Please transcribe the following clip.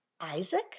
Isaac